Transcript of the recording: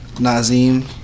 Nazim